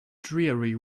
dreary